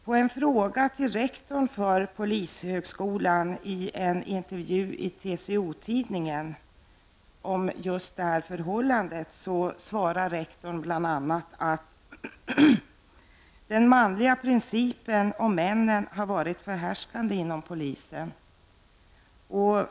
På en fråga till rektorn för polishögskolan i en intervju i TCO-tidningen om detta förhållande svarar rektorn bl.a., att den manliga principen och männen har varit förhärskande inom polisen.